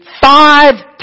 five